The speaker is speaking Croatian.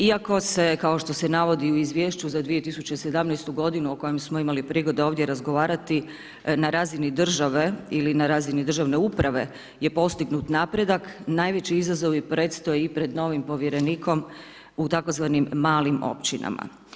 Iako se kao što se navodi u izvješću za 2017. godinu u kojem smo imali prigode ovdje razgovarati na razini države ili na razini državne uprave je postignut napredak, najveći izazovi predstoje i pred novim povjerenikom u tzv. malim općinama.